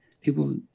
people